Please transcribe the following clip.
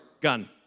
gun